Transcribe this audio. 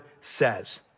says